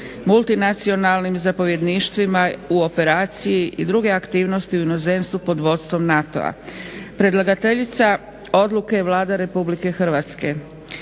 (multinacionalnim) zapovjedništvima u operacije i druge aktivnosti u inozemstvu pod vodstvom NATO-a Predlagateljica odluke je Vlada Republike Hrvatske.